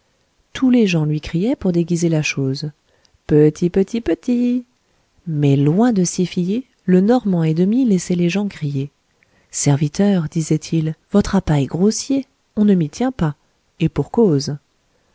tous les gens lui criaient pour déguiser la chose petit petit petit mais loin de s'y fier le normand et demi laissait les gens crier serviteur disait-il votre appât est grossier on ne m'y tient pas et pour cause